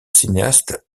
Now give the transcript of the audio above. cinéaste